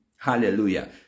Hallelujah